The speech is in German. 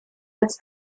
als